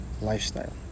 lifestyle